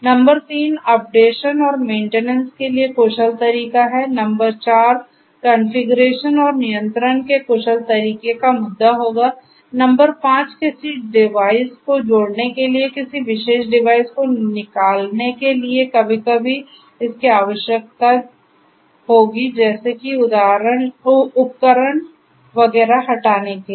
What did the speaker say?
number 3 updation और maintenance के लिए कुशल तरीका है नंबर 4 कॉन्फ़िगरेशन और नियंत्रण के कुशल तरीके का मुद्दा होगा नंबर 5 किसी डिवाइस को जोड़ने के लिए किसी विशेष डिवाइस को निकालने के लिए कभी कभी इसकी आवश्यकता होगी जैसे कि उपकरण वगैरह हटाने के लिए